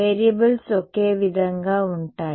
variables ఒకే విధంగా ఉంటాయి